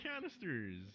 canisters